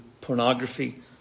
pornography